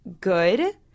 good